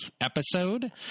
episode